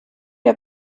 der